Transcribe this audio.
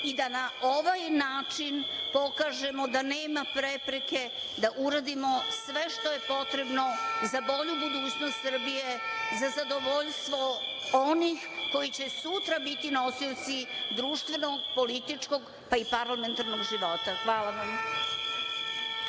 i da na ovaj način dokažemo da nema prepreke da uradimo sve što je potrebno za bolju budućnost Srbije, za zadovoljstvo onih koji će sutra biti nosioci društveno političkog i parlamentarnog života. Hvala vam.